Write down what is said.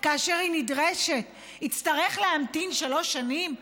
כאשר היא נדרשת, יצטרך להמתין שלוש שנים?